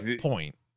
point